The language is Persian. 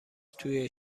توی